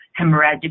hemorrhagic